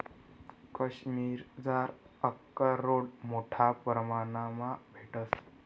काश्मिरमझार आकरोड मोठा परमाणमा भेटंस